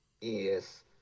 Yes